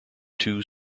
two